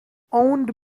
owned